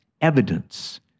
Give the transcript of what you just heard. evidence